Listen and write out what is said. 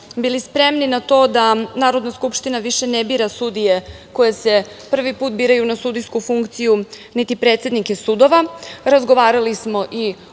bili spremni na to da Narodna skupština više ne bira sudije koje se prvi put biraju na sudijsku funkciju, niti predsednike